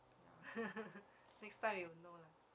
next time you know lah